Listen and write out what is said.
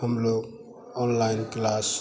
हम लोग online class